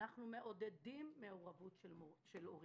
אנחנו מעודדים מעורבות של הורים,